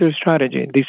strategy